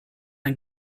ein